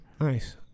Nice